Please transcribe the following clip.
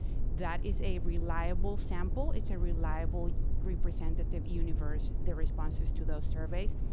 that is a reliable sample. it's a reliable representative universe, the responses to those surveys.